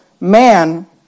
man